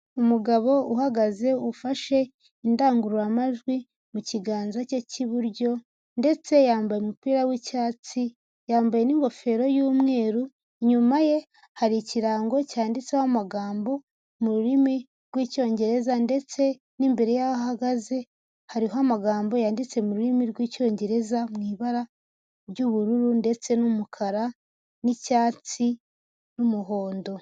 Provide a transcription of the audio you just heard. Umugabo uhagaze ufashe indangururamajwi mu kiganza cye cy'iburyo ndetse yambaye umupira w'icyatsi, yambaye n'ingofero y'umweru, inyuma ye hari ikirango cyanditseho amagambo mu rurimi rw'icyongereza ndetse n'imbere y'aho ahagaze hariho amagambo yanditse mu rurimi rw'icyongereza mu ibara ry'ubururu ndetse n'umukara n'icyatsi n'umuhondo.